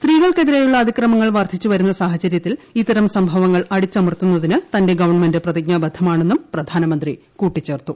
സ്ത്രീകൾക്കെതിരെയുള്ള അതിക്രമങ്ങൾ വർദ്ധിച്ച് വരുന്ന സാഹചര്യത്തിൽ ഇത്തരം സംഭവങ്ങൾ അടിച്ചമർത്തുന്നതിന് തന്റെ ഗവൺമെന്റ് പ്രതിജ്ഞാബദ്ധമാണെന്നും പ്രധാനമന്ത്രി കൂട്ടിച്ചേർത്തു